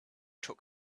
took